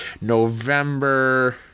November